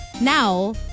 now